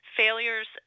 failures